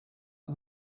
are